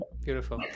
beautiful